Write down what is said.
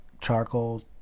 charcoal